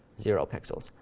zero pixels.